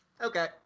Okay